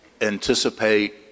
Anticipate